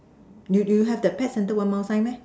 you you have that pet center one mile sign meh